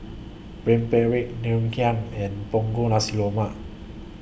Rempeyek Ngoh Hiang and Punggol Nasi Lemak